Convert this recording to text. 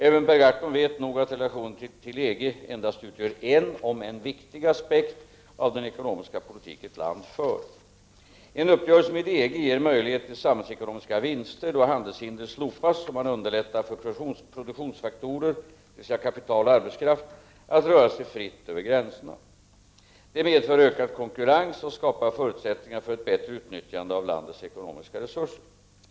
Även Per Gahrton vet nog att relationerna till EG endast utgör en, om än viktig, aspekt av den ekonomiska politik ett land för. En uppgörelse med EG ger möjlighet till samhällsekonomiska vinster då handelshinder slopas och man underlättar för produktionsfaktorer, kapital och arbetskraft att röra sig fritt över gränserna. Detta medför ökad konkurrens och skapar förutsättningar för ett bättre utnyttjande av landets ekonomiska resurser.